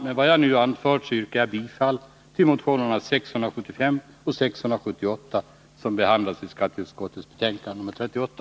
Med vad jag nu anfört yrkar jag bifall till motionerna 675 och 678, som behandlas i skatteutskottets betänkande nr 38.